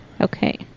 Okay